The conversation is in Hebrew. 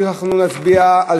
תכנון ובנייה להאצת הבנייה למגורים (הוראת שעה) (תיקון),